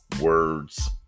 words